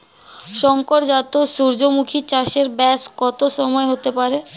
শংকর জাত সূর্যমুখী চাসে ব্যাস কত সময় হতে পারে?